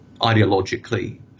ideologically